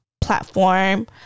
platform